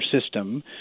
system